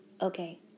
Okay